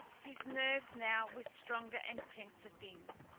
his nerves now were stronger and tenser things.